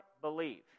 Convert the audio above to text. believe